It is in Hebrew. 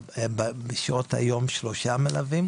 בשעות היום שלושה מלווים,